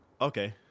Okay